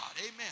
Amen